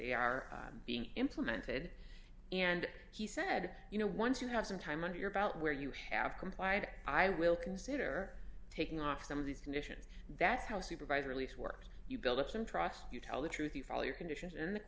they are being implemented and he said you know once you have some time under your belt where you have complied i will consider taking off some of these conditions that's how supervise release works you build up some trust you tell the truth you file your conditions and the